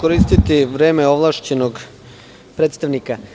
Koristiću vreme ovlašćenog predstavnika.